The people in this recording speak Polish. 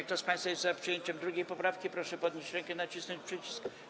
Kto z państwa jest za przyjęciem 2. poprawki, proszę podnieść rękę i nacisnąć przycisk.